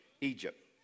Egypt